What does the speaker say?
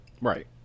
Right